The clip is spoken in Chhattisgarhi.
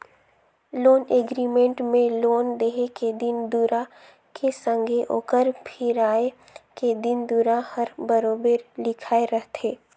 लोन एग्रीमेंट में लोन देहे के दिन दुरा के संघे ओकर फिराए के दिन दुरा हर बरोबेर लिखाए रहथे